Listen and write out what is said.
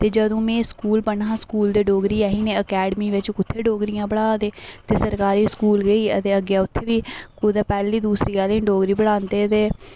ते जदूं में स्कूल पढ़ना हा स्कूल ते डोगरी ऐ निं ही अकैडमिएं बिच कुत्थै डोगरियां पढ़ा दे ते सरकारी स्कूल गेई ते अग्गें उत्थै बी कुतै पैह्ली दूसरी आहलें गी डोगरी पढ़ांदे ते